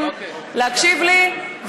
להקשיב לי,